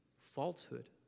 falsehood